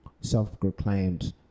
self-proclaimed